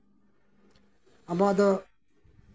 ᱟᱵᱚᱣᱟᱜ ᱫᱚ